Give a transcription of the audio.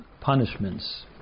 punishments